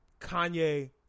Kanye